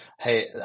hey